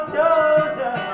Georgia